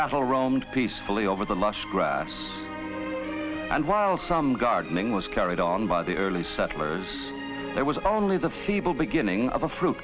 cattle roamed peacefully over the last grass and while some gardening was carried on by the early settlers there was only the feeble beginning of a fruit